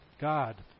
God